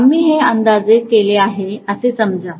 आम्ही हे अंदाजे केले आहे असे समजा